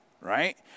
right